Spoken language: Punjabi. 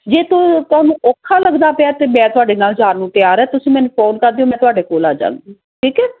ਜੇ ਤੂੰ ਤੁਹਾਨੂੰ ਔਖਾ ਲੱਗਦਾ ਪਿਆ ਤਾਂ ਮੈਂ ਤੁਹਾਡੇ ਨਾਲ ਜਾਣ ਨੂੰ ਤਿਆਰ ਹੈ ਤੁਸੀਂ ਮੈਨੂੰ ਫੋਨ ਕਰ ਦਿਓ ਮੈਂ ਤੁਹਾਡੇ ਕੋਲ ਆ ਜਾਂਗੀ ਠੀਕ ਹੈ